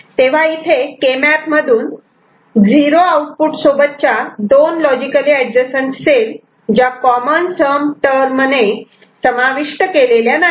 तेव्हा इथे K map मधून '0' आउटपुट सोबतच्या दोन लॉजिकली एडजसंट सेल ज्या कॉमन सम टर्मणे समाविष्ट केलेल्या नाहीत